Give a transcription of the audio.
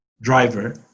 driver